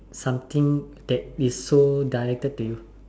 something that is so directed to you